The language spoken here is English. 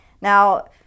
Now